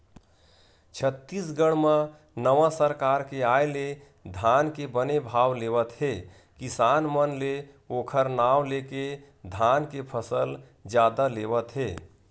छत्तीसगढ़ म नवा सरकार के आय ले धान के बने भाव लेवत हे किसान मन ले ओखर नांव लेके धान के फसल जादा लेवत हे